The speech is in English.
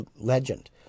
legend